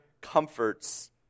comforts